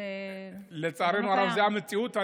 לצערנו הרב זו המציאות.